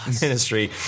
ministry